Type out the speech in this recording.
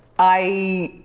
i